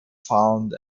found